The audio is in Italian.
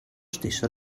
stesso